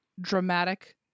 dramatic